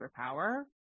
superpower